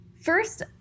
First